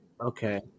Okay